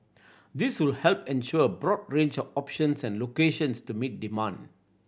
this will help ensure a broad range of options and locations to meet demand